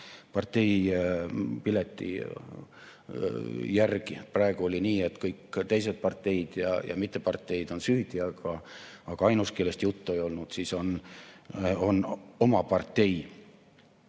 parteipileti järgi. Praegu oli nii, et kõik teised parteid ja mitteparteid on süüdi, aga ainus, kellest juttu ei olnud, on oma partei.